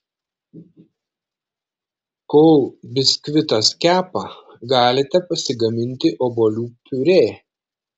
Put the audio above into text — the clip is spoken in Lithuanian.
kol biskvitas kepa galite pasigaminti obuolių piurė